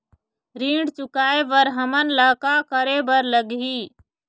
ऋण चुकाए बर हमन ला का करे बर लगही?